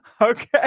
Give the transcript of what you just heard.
Okay